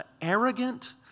arrogant